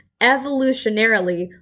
evolutionarily